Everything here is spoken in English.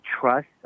trust